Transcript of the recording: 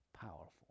powerful